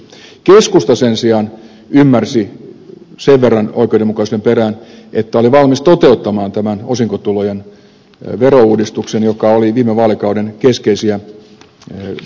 keskusta sen sijaan ymmärsi sen verran oikeudenmukaisuuden perään että oli valmis toteuttamaan osinkotulojen verouudistuksen joka oli viime vaalikauden keskeisiä kulmakiviä